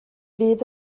fydd